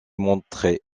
montraient